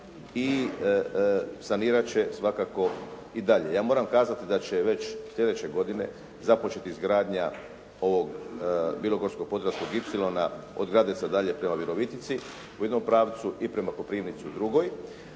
i sanirat će svakako i dalje. Ja moram kazati da će već sljedeće godine započeti izgradnja ovog Bilogorsko-podravskog ipsilona od Gradeca dalje prema Virovitici u jednom pravcu i prema Koprivnici u drugoj,